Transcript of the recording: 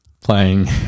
playing